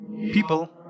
People